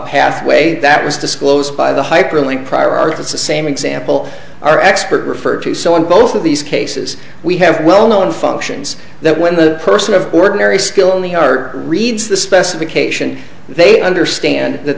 pathway that was disclosed by the hyperlink prior art it's the same example our expert referred to so in both of these cases we have well known functions that when the person of ordinary skill only are reads the specification they understand that